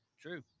True